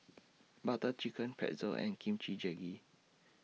Butter Chicken Pretzel and Kimchi Jjigae